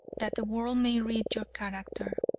that the world may read your character.